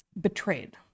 betrayed